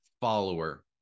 follower